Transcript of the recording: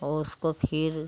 वो उसको फिर